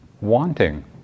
wanting